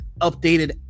updated